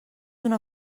una